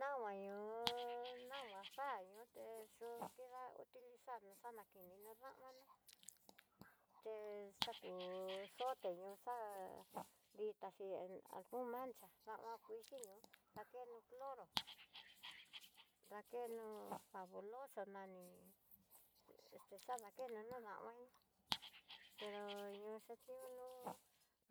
Nangua ñú'u nangua já yuté yu'u kida utilizar no xanakina nu damana té xaku zoté ño'o xa, ditaxi algun mancha nama kuxhii ño'o, dakeno cloro, dakeno fabuloso nani xadakeno no dama'i pero noxe niunó,